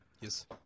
Yes